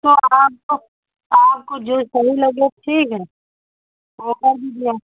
तो आपको आपको जो सही लगे ठीक है ऑर्डर लीजिए